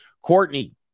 Courtney